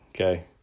Okay